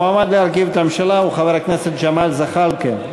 המועמד להרכיב את הממשלה הוא חבר הכנסת ג'מאל זחאלקה.